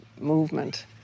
movement